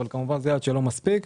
אבל זה לא מספיק.